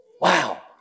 Wow